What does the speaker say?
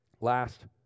Last